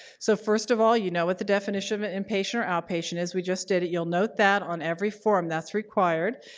so first of all, you know what the definition of an inpatient or outpatient is, we just did it. you'll note that on every form, that's required.